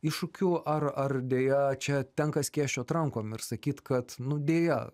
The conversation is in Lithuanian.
iššūkių ar ar deja čia tenka skėsčiot rankom ir sakyt kad nu deja